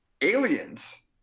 aliens